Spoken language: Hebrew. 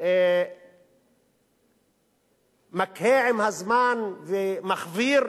מתקהה עם הזמן ומחוויר?